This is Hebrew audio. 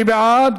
מי בעד?